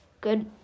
good